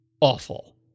awful